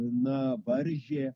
na varžė